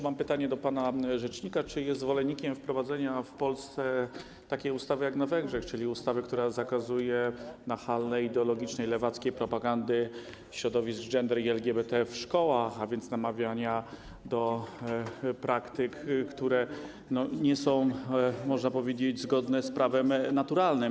Mam pytanie do pana rzecznika, czy jest zwolennikiem wprowadzenia w Polsce takiej ustawy jak na Węgrzech, czyli ustawy, która zakazuje nachalnej, ideologicznej, lewackiej propagandy środowisk gender i LGBT w szkołach, a więc namawiania do praktyk, które nie są, można powiedzieć, zgodne z prawem naturalnym.